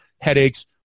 headaches